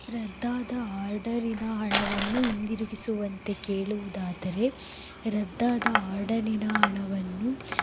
ರದ್ದಾದ ಆರ್ಡರಿನ ಹಣವನ್ನು ಹಿಂದಿರುಗಿಸುವಂತೆ ಕೇಳುವುದಾದರೆ ರದ್ದಾದ ಆರ್ಡರಿನ ಹಣವನ್ನು